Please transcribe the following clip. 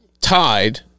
tied